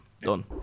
done